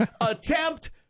attempt